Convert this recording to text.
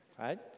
right